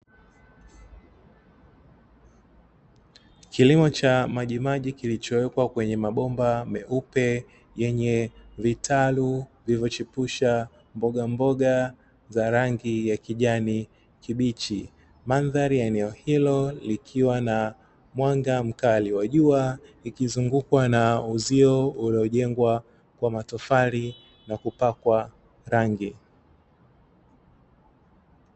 Kilimo cha majimaji kilichwekwa kwenye mabomba meupe yenye vitalu vilivyochipusha mbogamboga za rangi ya kijani kibichi, mandhari ya eneo hilo ikiwa na mwanga mkali wa jua, ikizungukwa na uzio uliojengwa kwa matofali na kupakwa rangi.